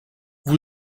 vous